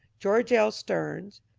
george l. steams,